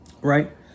Right